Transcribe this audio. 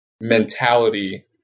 mentality